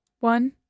One